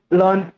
learn